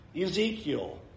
Ezekiel